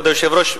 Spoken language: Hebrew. כבוד היושב-ראש,